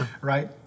Right